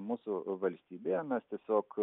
mūsų valstybėje mes tiesiog